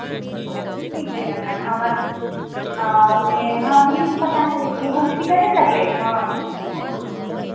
ठीक ते हमर आ जे हम ई पता करे हियै हॉस्पिटले लगलै फोन